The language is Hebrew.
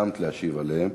הסכמת להשיב עליהם.